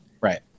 Right